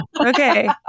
Okay